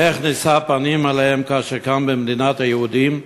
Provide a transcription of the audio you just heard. איך נישא פנים אליהן כאשר כאן, במדינת היהודים,